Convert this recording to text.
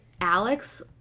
Alex